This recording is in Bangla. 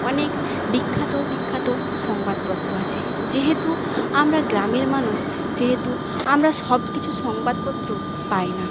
অনেক বিখ্যাত বিখ্যাত সংবাদপত্র আছে যেহেতু আমরা গ্রামের মানুষ সেহেতু আমরা সবকিছু সংবাদপত্র পাই না